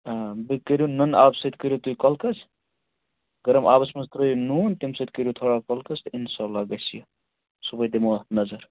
آ بیٚیہِ کٔرِو نُنہٕ آبہٕ سۭتۍ کٔرِو تُہۍ کۄلکس گَرم آبس منٛز ترٛٲوِو نوٗن تَمہِ سۭتۍ کٔرِو تھوڑا کۄلکس تہٕ اِنشاءاللہ گَژھِ یہِ صُبحٲے دِمو اَتھ نظر